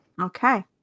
Okay